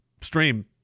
stream